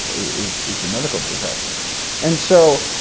is is the medical profession and so,